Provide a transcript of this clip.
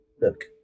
look